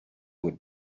would